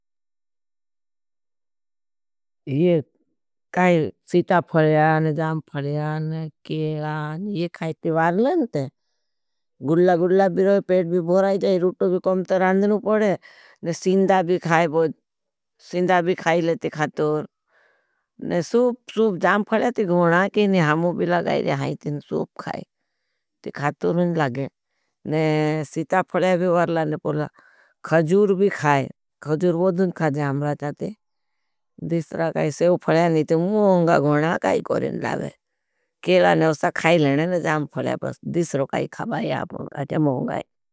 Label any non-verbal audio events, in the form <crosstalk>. <hesitation> ये खाये सीता फड़या जाम फड़या केला ये खाई पिवारलान थे। गुल्ला गुल्ला बिरोई पेट भोराई जाए रूटो भी कौम तरांदनु पड़े। और सीन्दा भी खाई सीन्दा भी खाई ले ती खातूर। और सूप सूप जाम फड़या थी गुणा केनी हामू भी लगाई ने हाई थीन सूप खाई थी खातूर लागे। <unintelligible> और सीता फड़या फड़या फड़या थी खाजूर भी खाई खाजूर बोदन खाई जाम राचा थी। दिसरा काई सेव फड़या नी ती मोंगा गुणा काई कोरिण लावे केला ने उससा खाई लेने ने जाम फड़या पर दिसरो काई खाई लावे आपने काई मोंगा है।